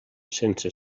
sense